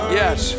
yes